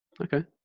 Okay